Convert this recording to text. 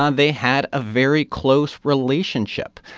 um they had a very close relationship.